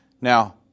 Now